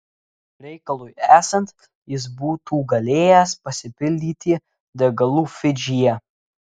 reikalui esant jis būtų galėjęs pasipildyti degalų fidžyje